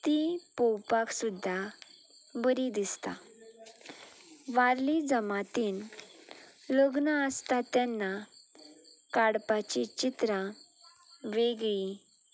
तीं पळोवपाक सुद्दां बरीं दिसता वारली जमातीन लग्न आसता तेन्ना काडपाचीं चित्रां वेगळीं